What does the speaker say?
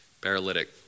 paralytic